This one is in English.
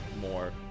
more